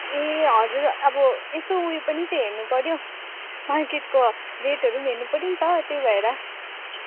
ए हजुर अब यसो ऊ यो पनि त हेर्नु पऱ्यो मार्केटको रेटहरू पनि हेर्नु पऱ्यो नि त त्यही भएर